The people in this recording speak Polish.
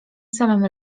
samym